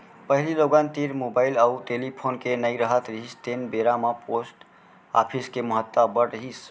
पहिली लोगन तीर मुबाइल अउ टेलीफोन के नइ राहत रिहिस तेन बेरा म पोस्ट ऑफिस के महत्ता अब्बड़ रिहिस